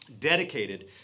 dedicated